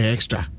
Extra